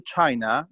China